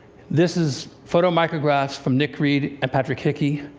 this is photomicrographs from nick read and patrick hickey.